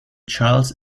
charles